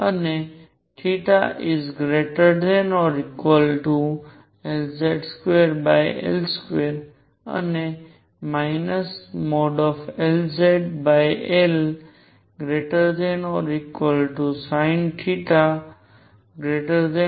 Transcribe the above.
અને Lz2L2 અને LzLsinθLzL